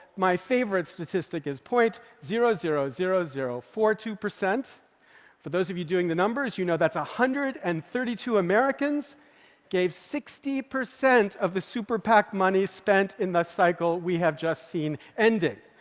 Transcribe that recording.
my favorite statistic is point zero zero zero zero four two percent for those of you doing the numbers, you know that's one ah hundred and thirty two americans gave sixty percent of the super pac money spent in the cycle we have just seen ending.